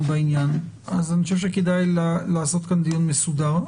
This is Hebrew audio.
בעניין אז אני חושב שכדאי לעשות כאן דיון מסודר,